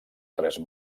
tres